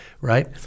right